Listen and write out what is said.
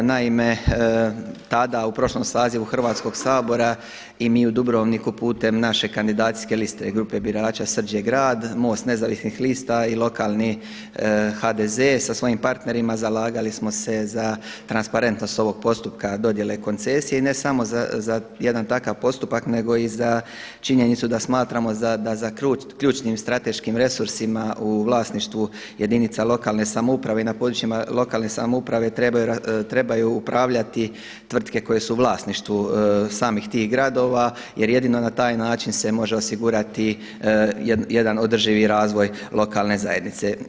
Naime, tada u prošlom sazivu Hrvatskog sabora i mi u Dubrovniku putem naše kandidacijske liste grupe birača „Srđ je grad“ MOST nezavisnih lista i lokalnih HDZ sa svojim partnerima zalagali smo se za transparentnost ovog postupka dodjele koncesije i ne samo za jedan takav postupak nego i za činjenicu da smatramo da za ključnim, strateškim resursima u vlasništvu jedinica lokalne samouprave i na područjima lokalne samouprave trebaju upravljati tvrtke koje su u vlasništvu samih tih gradova jer jedino na taj način se može osigurati jedan održivi razvoj lokalne zajednice.